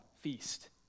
feast